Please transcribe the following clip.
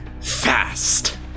fast